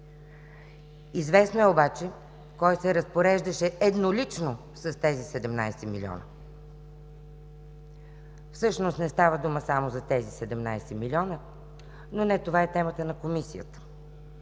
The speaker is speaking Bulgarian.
Известно е обаче кой се разпореждаше еднолично с тези 17 милиона. Всъщност не става дума само за тези 17 милиона, но не това е темата на Комисията.